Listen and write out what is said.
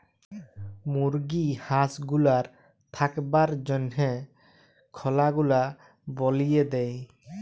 মুরগি হাঁস গুলার থাকবার জনহ খলা গুলা বলিয়ে দেয়